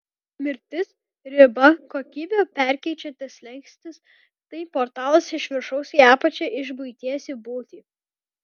mirtis riba kokybę perkeičiantis slenkstis tai portalas iš viršaus į apačią iš buities į būtį